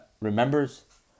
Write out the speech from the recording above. remembers